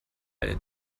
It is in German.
einen